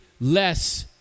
less